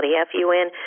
F-U-N